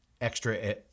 extra